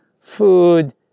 food